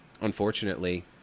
unfortunately